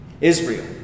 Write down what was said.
Israel